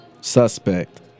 suspect